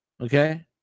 Okay